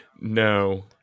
No